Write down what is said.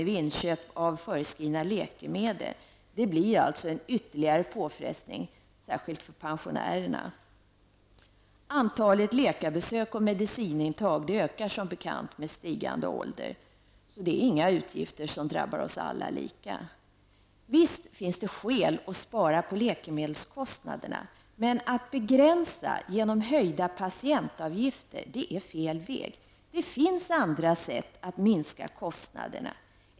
vid inköp av förskrivna läkemedel blir ytterligare en påfrestning, särskilt för pensionärerna. Antalet läkarbesök och medicinintag ökar som bekant med stigande ålder. Det är alltså inga utgifter som drabbar oss alla lika. Visst finns det skäl att spara på läkemedelskostnaderna. Men att begränsa genom höjda patientavgifter är fel väg. Det finns andra sätt att minska kostnaderna.